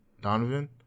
Donovan